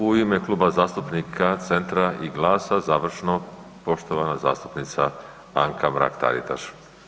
U ime Kluba zastupnika Centra i GLAS-a završno poštovana zastupnica Anka Mrak Taritaš.